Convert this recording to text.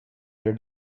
their